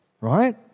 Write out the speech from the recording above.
right